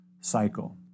cycle